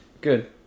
Good